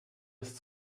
ist